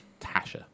Tasha